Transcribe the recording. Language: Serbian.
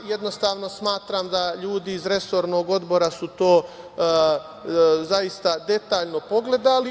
Jednostavno, smatram da ljudi iz resornog odbora su to zaista detaljno pogledali.